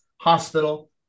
hospital